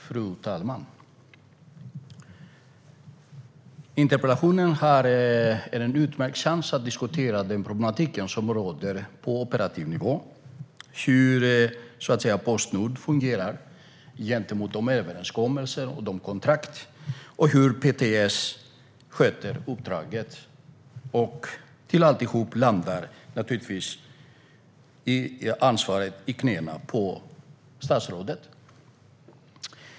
Fru talman! Interpellationen ger en utmärkt chans att diskutera den problematik som råder på operativ nivå. Det handlar om hur Postnord fungerar gentemot överenskommelser och kontrakt och hur PTS sköter uppdraget. Allt ansvar hamnar naturligtvis i knäna på statsrådet.